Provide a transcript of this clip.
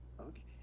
okay